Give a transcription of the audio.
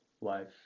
life